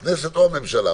הכנסת או הממשלה,